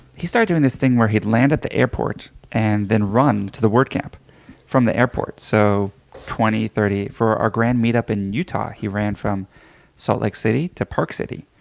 he started doing this thing where he'd land at the airport and then run to the word camp from the airport. so twenty, thirty for our grand meet up in utah, he ran from salt lake city to park city.